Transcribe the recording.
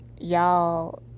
y'all